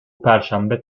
perşembe